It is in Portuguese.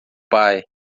pai